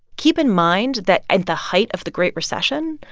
keep in mind that at the height of the great recession,